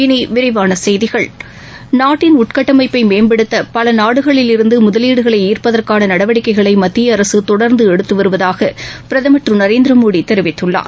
இனி விரிவான செய்திகள் நாட்டின் உள்கட்டமைப்பை மேம்படுத்த பல நாடுகளிலிருந்து முதலீடுகளை ஈர்ப்பதற்கான நடவடிக்கைகளை மத்திய அரசு தொடர்ந்து எடுத்து வருவதாக பிரதமர் திரு நரேந்திர மோடி தெரிவித்துள்ளார்